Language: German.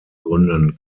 gründen